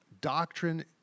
doctrine